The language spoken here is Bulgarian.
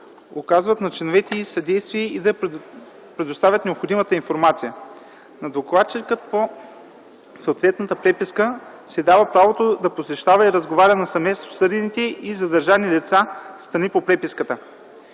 оказват на членовете й съдействие и да предоставят необходимата информация. На докладчика по съответната преписка се дава правото да посещава и разговаря насаме с осъдените и задържани лица – страни по преписката.